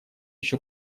ещё